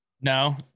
No